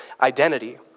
identity